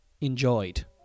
Enjoyed